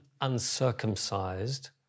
uncircumcised